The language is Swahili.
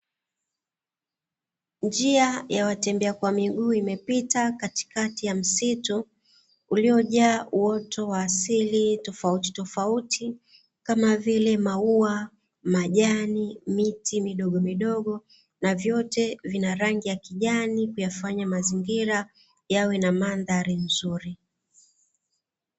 Njia ya watembea kwa miguu imepita katikati ya msitu, uliojaa uoto wa asili tofautitofauti kama vile maua, majani, miti midogomidogo; na vyote vina rangi ya kijani kuyafanya mazingira yawe na mandhari nzuri.